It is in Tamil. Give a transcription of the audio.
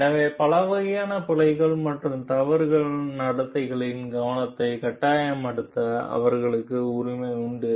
எனவே பல வகையான பிழைகள் மற்றும் தவறான நடத்தைகளின் கவனத்தை கட்டாயப்படுத்த அவர்களுக்கு உரிமை உண்டு